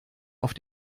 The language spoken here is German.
auf